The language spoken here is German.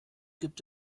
gibt